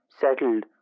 settled